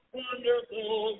wonderful